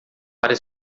para